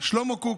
שלמה קוק,